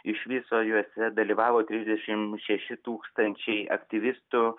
iš viso juose dalyvavo trisdešimt šeši tūkstančiai aktyvistų